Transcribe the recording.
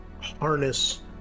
harness